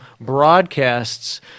broadcasts